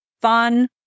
fun